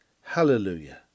Hallelujah